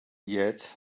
yet